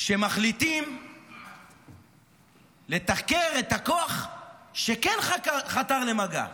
שמחליטים לתחקר את הכוח שכן חתר למגע,